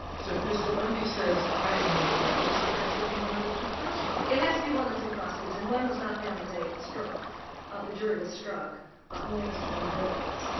so if mr. lundy says i didn't make that list, it has to be one of the two prosecutors it has to be one of the two prosecutors, and one was not there on the day it was struck ah the jury was struck only mr. lanier was.